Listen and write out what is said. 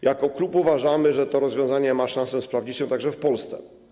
Jako klub uważamy, że to rozwiązanie ma szansę sprawdzić się w Polsce.